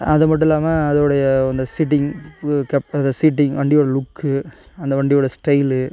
அது மட்டும் இல்லாமல் அதோடைய அந்த சீட்டிங் அந்த சீட்டிங் வண்டியோட லுக்கு அந்த வண்டியோட ஸ்டைல்லு